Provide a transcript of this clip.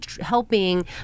helping